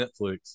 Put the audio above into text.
Netflix